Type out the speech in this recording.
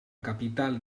capital